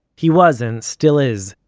he was, and still is,